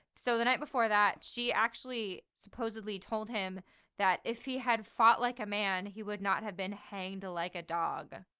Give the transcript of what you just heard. so the night before that, she actually supposedly told him that if he had fought like a man, he would not have been hanged like a dog'.